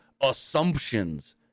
assumptions